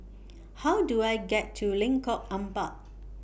How Do I get to Lengkok Empat